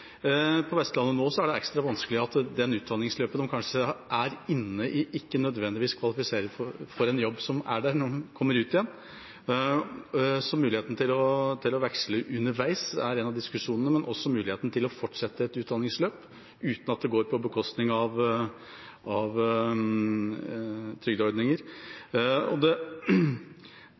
På Vestlandet nå er det ekstra vanskelig at det utdanningsløpet man kanskje er inne i, ikke nødvendigvis kvalifiserer for en jobb som er der når man kommer ut igjen. Så muligheten til å veksle underveis er én av diskusjonene – men også muligheten til å fortsette et utdanningsløp uten at det går på bekostning av trygdeordninger. Det siste jeg ønsker å spørre om, er på en måte omstillingskapasiteten i høyskolesektoren og